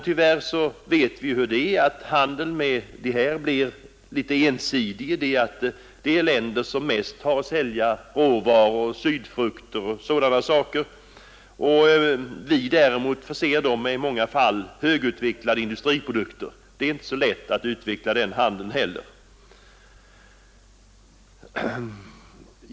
Tyvärr är det dock så, att handeln med dessa blir något ensidig genom att dessa länder mest har att sälja råvaror, sydfrukter o. d., medan vi förser dem med i många fall högutvecklade industriprodukter. Det är inte så lätt att utveckla den handeln heller.